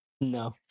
No